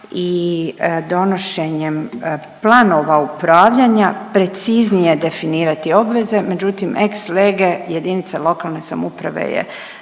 i donošenjem planova upravljanja preciznije definirati obveze međutim ex lege, jedinica lokalne samouprave je